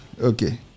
Okay